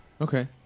Okay